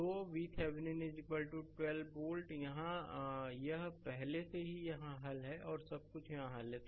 तो VThevenin 12 volt यहाँ यह पहले से ही यहाँ हल है सब कुछ यहाँ हल है